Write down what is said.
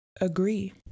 agree